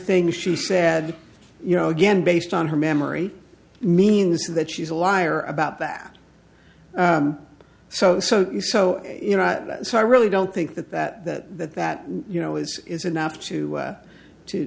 things she said you know again based on her memory means that she's a liar about that so so so you know so i really don't think that that that that you know is is enough to to to